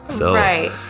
Right